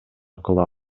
кыла